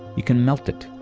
you can melt it.